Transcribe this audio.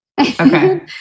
Okay